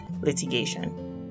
litigation